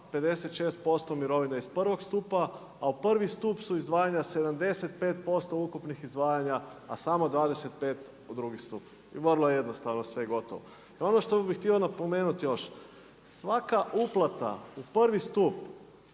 56% mirovina iz prvog stupa a u prvi stup su izdvajanja 75% ukupnih izdvajanja a samo 25 u drugi stup. I vrlo jednostavno sve je gotovo. I ono što bih htio napomenuti još, svaka uplata u prvi stup